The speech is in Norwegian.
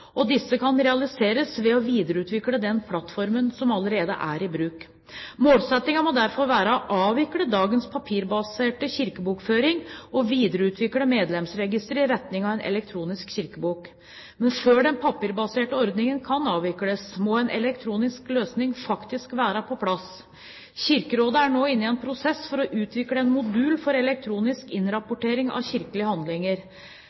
og disse kan realiseres ved å videreutvikle den plattformen som allerede er i bruk. Målsettingen må derfor være å avvikle dagens papirbaserte kirkebokføring og videreutvikle medlemsregisteret i retning av en elektronisk kirkebok. Men før den papirbaserte ordningen kan avvikles, må en elektronisk løsning faktisk være på plass. Kirkerådet er nå inne i en prosess for å utvikle en modul for elektronisk innrapportering av kirkelige handlinger.